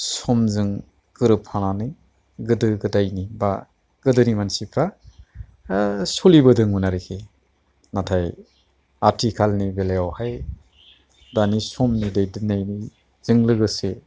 समजों गोरोबफानानै गोदो गोदायनि बा गोदोनि मानसिफ्रा सलिबोदोंमोन आरोखि नाथाय आथिखालनि बेलायाव हाय दानि समनि दैदेननायजों लोगोसे